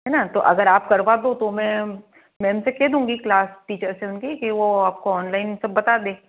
हैं ना तो अगर आप करा दो तो मैं मैम से कह दूँगी क्लास टीचर से उनकी कि वो आपको ऑनलाइन सब बता दें